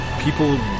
People